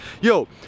yo